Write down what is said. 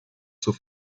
zur